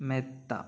മെത്ത